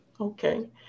Okay